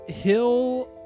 Hill